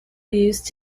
used